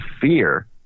fear